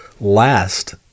last